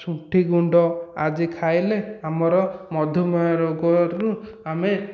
ଶୁଣ୍ଠିଗୁଣ୍ଡ ଆଦି ଖାଇଲେ ଆମର ମଧୁମେହ ରୋଗରୁ ଆମେ